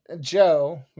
Joe